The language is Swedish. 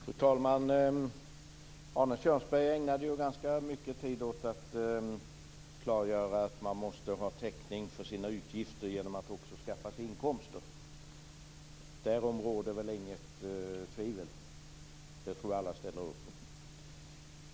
Fru talman! Arne Kjörnsberg ägnade ganska mycket tid åt att klargöra att man måste ha täckning för sina utgifter för att också kunna skaffa sig inkomster. Därom råder det inget tvivel. Det tror jag alla kan ställa upp på.